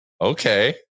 okay